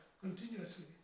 Continuously